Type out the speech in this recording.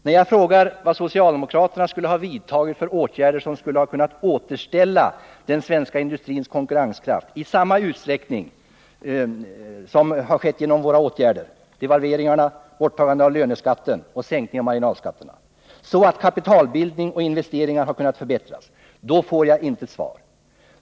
När jag frågar vad socialdemokraterna skulle ha vidtagit för åtgärder som skulle ha kunnat återställa den svenska ekonomins konkurrenskraft i samma utsträckning som våra åtgärder — devalveringarna, borttagandet av löneskatten och sänkningen av marginalskatterna, så att kapitalbildning och investeringar kunnat förbättras — får jag intet svar.